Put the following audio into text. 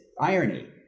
irony